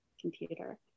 computer